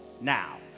Now